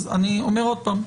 אז אני אומר עוד פעם,